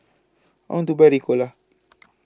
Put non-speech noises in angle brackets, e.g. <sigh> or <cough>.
on to Buy Ricola <noise>